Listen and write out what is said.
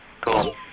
Cool